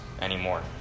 anymore